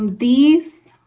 these